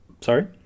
Sorry